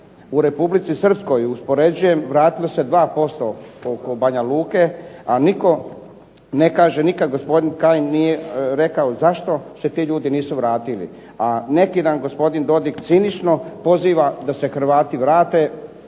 u Republici Srpskoj uspoređujem vratili su se 2% oko Banja Luke, a nitko ne kaže nikad gospodin Kajin nije rekao zašto se ti ljudi nisu vratili, a neki dan gospodin Dodik cinično poziva da se Hrvati vrate